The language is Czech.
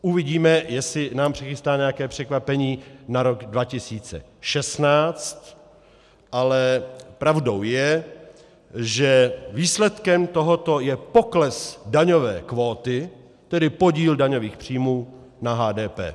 Uvidíme, jestli nám přichystá nějaké překvapení na rok 2016, ale pravdou je, že výsledkem tohoto je pokles daňové kvóty, tedy podíl daňových příjmů na HDP.